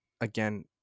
again